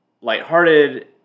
lighthearted